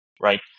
right